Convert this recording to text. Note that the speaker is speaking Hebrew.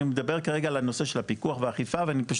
אני מדבר עכשיו על נושא של הפיקוח והאכיפה ואני פשוט